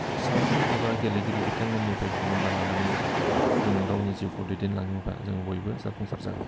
सावथुन एबा गेलेगिरि बिथांमोननिफ्राय थुलुंगा लानानै जोङो गावनि जिउखौ दैदेनलाङोबा जों बयबो जाफुंसार जागोन